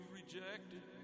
rejected